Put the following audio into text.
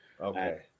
Okay